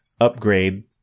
upgrade